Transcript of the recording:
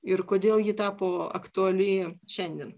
ir kodėl ji tapo aktuali šiandien